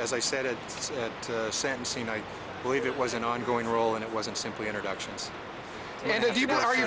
as i said it's to send scene i believe it was an ongoing role and it wasn't simply introductions and if you are you